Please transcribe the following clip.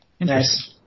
Nice